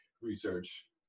research